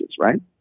right